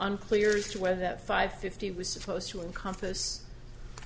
unclear as to whether that five fifty was supposed to encompass